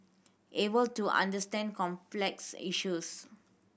able to understand complex issues